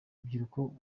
urubyiruko